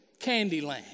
Candyland